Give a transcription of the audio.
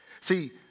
see